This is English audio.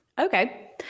Okay